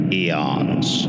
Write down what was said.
eons